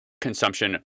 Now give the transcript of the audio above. consumption